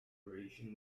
cooperation